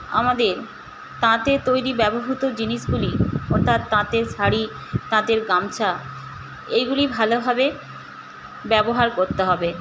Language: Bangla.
আমাদের তাঁতে তৈরি ব্যবহৃত জিনিসগুলি অর্থাৎ তাঁতের শাড়ি তাঁতের গামছা এইগুলি ভালোভাবে ব্যবহার করতে হবে